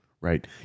right